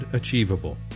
achievable